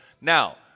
Now